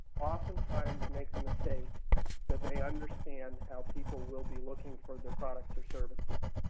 oftentimes make the mistake that they understand how people will be looking for their products or services.